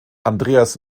andreas